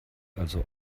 also